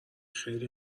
خیلی